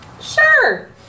Sure